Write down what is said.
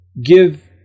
give